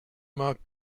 mag